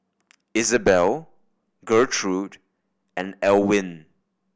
Izabelle Gertrude and Elwin